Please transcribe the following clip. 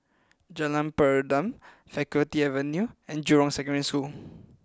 Jalan Peradun Faculty Avenue and Jurong Secondary School